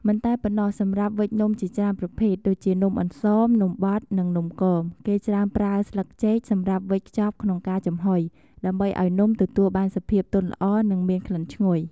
មិនតែប៉ុណ្ណោះ សម្រាប់វេចនំជាច្រើនប្រភេទ ដូចជា នំអន្សម នំបត់ និងនំគម គេច្រើនប្រើស្លឹកចេកសម្រាប់វេចខ្ចប់ក្នុងការចំហុយ ដើម្បីឱ្យនំទទួលបានសភាពទន់ល្អ និងមានក្លិនឈ្ងុយ។